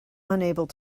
unable